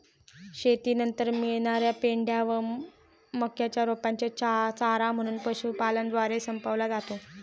शेतीनंतर मिळणार्या पेंढ्या व मक्याच्या रोपांचे चारा म्हणून पशुपालनद्वारे संपवला जातो